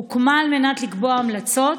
הוקמה על מנת לקבוע המלצות